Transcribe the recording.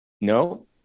No